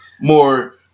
more